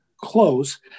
close